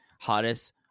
hottest